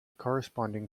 corresponding